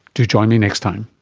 do join me next time